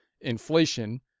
inflation